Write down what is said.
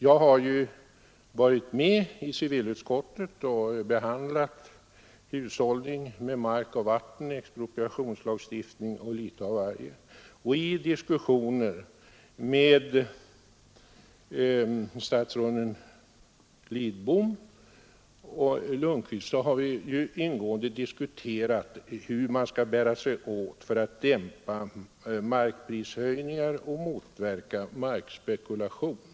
Jag har varit med i civilutskottet och behandlat frågan om hushållning med mark och vatten, expropriationslagstiftning och litet av varje, som rör samhällets markpolitik. Och med statsråden Lidbom och Lundkvist har jag ingående diskuterat hur man skall bära sig åt för att dämpa markprishöjningar och motverka markspekulation.